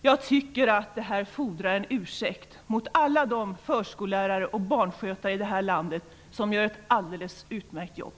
Jag tycker att det fordrar en ursäkt till alla de förskollärare och barnskötare i det här landet som gör ett alldeles utmärkt jobb.